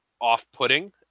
off-putting